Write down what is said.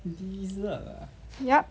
yup